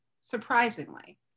surprisingly